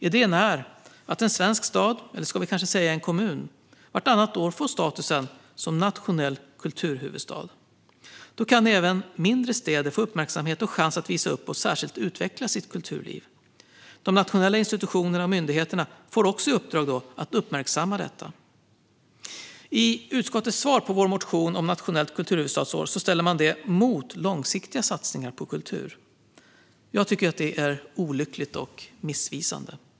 Idén är att en svensk stad, eller ska vi kanske säga en kommun, vartannat år får status som nationell kulturhuvudstad. Då kan också mindre städer få uppmärksamhet och en chans att visa upp och särskilt utveckla sitt kulturliv. De nationella institutionerna och myndigheterna får också i uppdrag att uppmärksamma detta. I utskottets svar på vår motion om nationellt kulturhuvudstadsår ställer man det mot långsiktiga satsningar på kultur. Jag tycker att det är olyckligt och missvisande.